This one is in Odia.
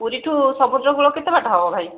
ପୁରୀଠୁ ସମୁଦ୍ର କୂଳ କେତେ ବାଟ ହେବ ଭାଇ